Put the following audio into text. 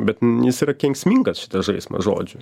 bet jis yra kenksmingas šitas žaismas žodžių